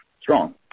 strong